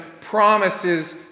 promises